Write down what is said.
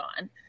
on